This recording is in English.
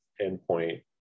endpoint